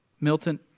Milton